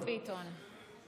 תודה רבה, חבר הכנסת ביטון.